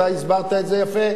אתה הסברת את זה יפה,